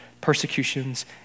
persecutions